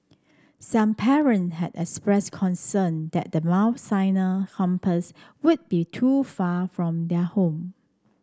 some parent had expressed concern that the Mount Sinai campus would be too far from their home